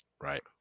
right